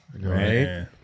Right